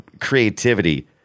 creativity